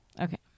Okay